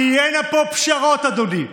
תהיינה פה פשרות, אדוני,